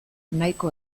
nahiko